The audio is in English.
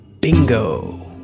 Bingo